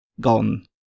gone